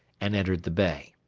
and entered the bay.